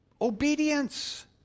Obedience